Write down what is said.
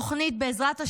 התוכנית, בעזרת השם,